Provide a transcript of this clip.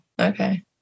okay